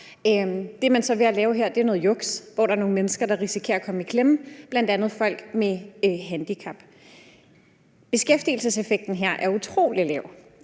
Det, man så er ved at lave her, er noget juks, hvor der er nogle mennesker, der risikerer at komme i klemme, bl.a. folk med handicap. Beskæftigelseseffekten her er utrolig lav,